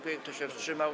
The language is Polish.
Kto się wstrzymał?